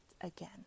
again